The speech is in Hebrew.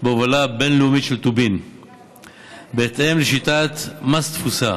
בהובלה בין-לאומית של טובין בהתאם לשיטת מס תפוסה,